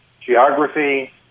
geography